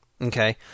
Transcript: Okay